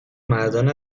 مردان